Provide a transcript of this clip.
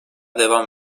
devam